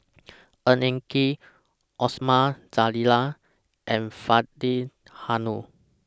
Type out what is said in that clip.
Ng Eng Kee Osman Zailani and Faridah Hanum